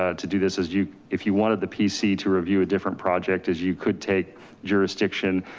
ah to do this as you, if you wanted the pc to review a different project, as you could take juris diction,